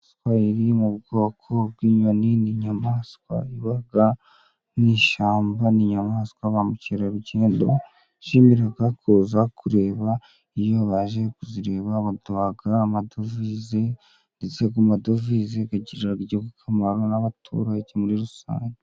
Inyayamaswa iri mu bwoko bw'inyoni, ni inyamaswa iba mu ishyamba. Ni inyamaswa ba mukerarugendo bishimira kuza kuzireba iyo baje kuzireba baduha amadovize ndetse amadovi akagirira igihuguka akamaro n'abaturage muri rusange.